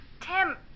Tim